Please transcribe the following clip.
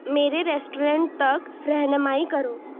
میرے ریسٹورنٹ تک رہنمائی کرو